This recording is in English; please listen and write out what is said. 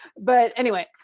but, anyway.